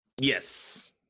Yes